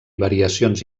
variacions